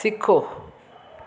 सिखो